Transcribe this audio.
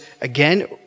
again